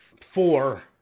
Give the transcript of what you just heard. four